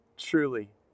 Truly